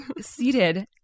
seated